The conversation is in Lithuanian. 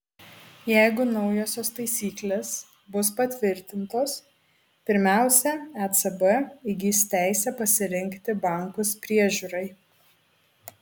jeigu naujosios taisyklės bus patvirtintos pirmiausia ecb įgis teisę pasirinkti bankus priežiūrai